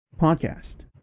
podcast